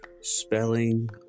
spelling